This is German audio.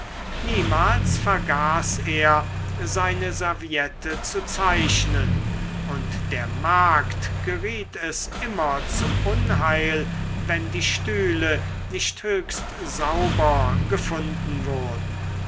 niemals vergaß er seine serviette zu zeichnen und der magd geriet es immer zum unheil wenn die stühle nicht höchst sauber gefunden wurden